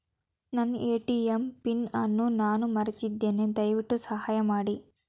ನನ್ನ ATM PIN ಅನ್ನು ನಾನು ಮರೆತಿದ್ದೇನೆ, ದಯವಿಟ್ಟು ಸಹಾಯ ಮಾಡಿ